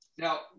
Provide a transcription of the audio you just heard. Now